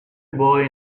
boy